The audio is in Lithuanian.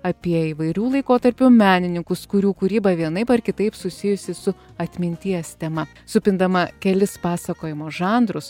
apie įvairių laikotarpių menininkus kurių kūryba vienaip ar kitaip susijusi su atminties tema supindama kelis pasakojimo žanrus